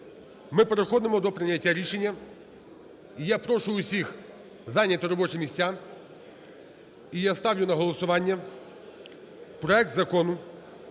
ми переходимо до прийняття рішення. Я прошу усіх зайняти робочі місця. І я ставлю на голосування проект Закону